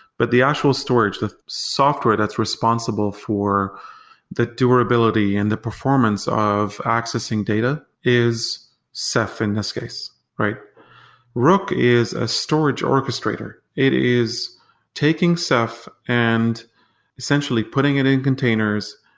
but the actual storage, the software that's responsible for the durability and the performance of accessing data is ceph in this case. rook is a storage orchestrator. it is taking ceph and essentially putting it in containers,